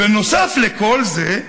ובנוסף לכל זה,